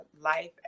life